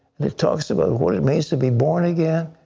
and it talks about what it means to be born again,